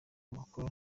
amakuru